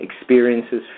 experiences